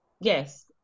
Yes